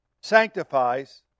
sanctifies